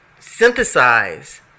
synthesize